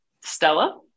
Stella